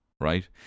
right